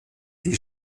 die